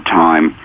time